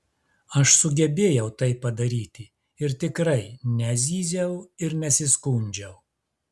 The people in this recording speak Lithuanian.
aš sugebėjau tai padaryti ir tikrai nezyziau ir nesiskundžiau